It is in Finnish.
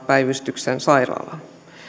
päivystyksen sairaalaa